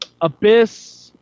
Abyss